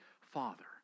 father